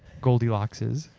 goldilockses.